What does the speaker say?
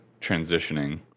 transitioning